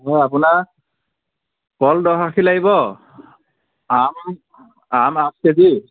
হয় আপোনাৰ কল দহ আখি লাগিব আম আম আঠ কেজি